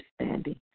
understanding